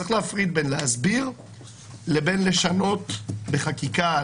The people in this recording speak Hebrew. צריך להפריד בין להסביר לבין לשנות בחקיקה,